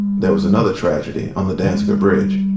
there was another tragedy on the danziger bridge